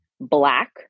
black